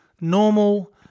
normal